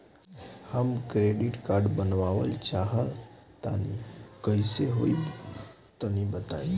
हम credit card बनवावल चाह तनि कइसे होई तनि बताई?